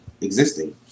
existing